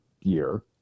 year